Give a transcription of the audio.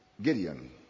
Gideon